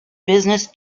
business